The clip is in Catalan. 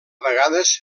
vegades